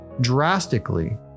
drastically